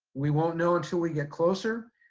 we won't know until we get closer,